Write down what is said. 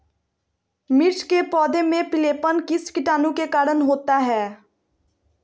मिर्च के पौधे में पिलेपन किस कीटाणु के कारण होता है?